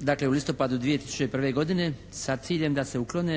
dakle u listopadu 2001. godine sa ciljem da se uklone,